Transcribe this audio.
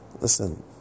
Listen